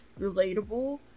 relatable